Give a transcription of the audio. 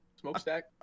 Smokestack